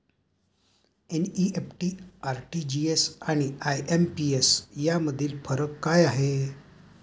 NEFT, RTGS आणि IMPS यामधील फरक काय आहे?